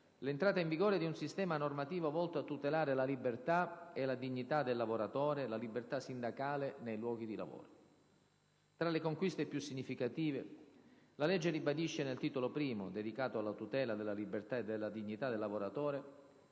l'entrata in vigore di un sistema normativo volto a tutelare la libertà e la dignità del lavoratore e la libertà sindacale nei luoghi di lavoro. Tra le conquiste più significative, la legge ribadisce nel Titolo I, dedicato alla tutela della libertà e della dignità del lavoratore,